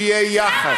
שיהיה יחס.